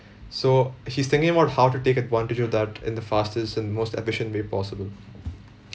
so he's thinking about how to take advantage of that in the fastest and most efficient way possible